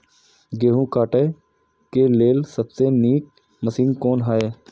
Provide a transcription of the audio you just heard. गेहूँ काटय के लेल सबसे नीक मशीन कोन हय?